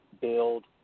build